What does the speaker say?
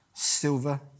silver